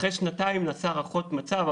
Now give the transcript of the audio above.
אחרי שנתיים נעשה הערכות מצב,